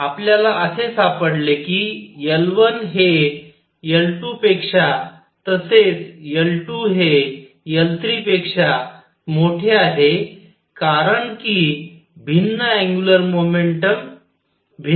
आपल्याला असे सापडले कि L1 हे L2 पेक्षा तसेच L2 हे L3 पेक्षा मोठे आहे कारण कि भिन्न अँग्युलर मोमेंटम भिन्न आहेत